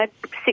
six